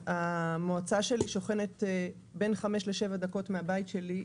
שהמועצה שלי שוכנת בין חמש לשבע דקות מהבית שלי,